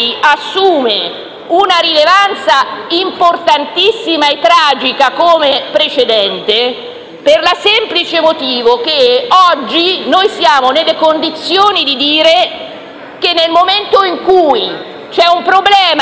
assume una rilevanza importantissima e tragica come precedente per il semplice motivo che oggi siamo nelle condizioni di dire che, nel momento in cui c'è un problema